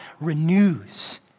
renews